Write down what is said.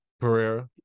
pereira